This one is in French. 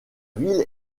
ville